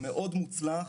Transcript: שלוש שנים הם מרחו אותי.